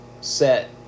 set